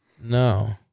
No